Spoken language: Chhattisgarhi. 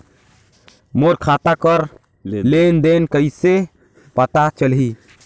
मोर खाता कर लेन देन कइसे पता चलही?